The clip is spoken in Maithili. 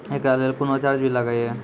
एकरा लेल कुनो चार्ज भी लागैये?